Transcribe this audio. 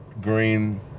green